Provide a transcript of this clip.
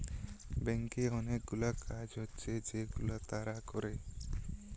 ব্যাংকে অনেকগুলা কাজ হচ্ছে যেগুলা তারা করে